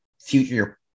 future